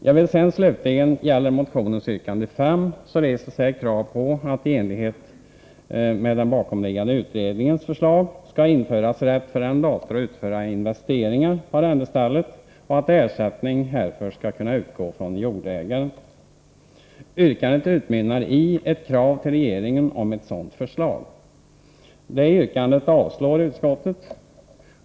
Vad sedan slutligen gäller motionens yrkande nr 5 reses här krav på att det, i enlighet med den bakomliggande utredningens förslag, skall införas rätt för arrendator att utföra investeringar på arrendestället och att ersättning härför skall kunna utgå från jordägaren. Yrkandet utmynnar i ett krav till regeringen om ett sådant förslag. Detta yrkande avstyrks av utskottet.